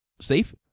safe